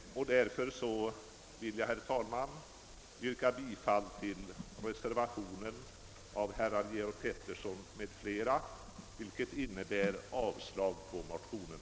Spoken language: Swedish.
Därför vill jag, herr talman, yrka bifall till reservationen av herrar Georg Pettersson m.fl. vilket innebär avslag på motionerna.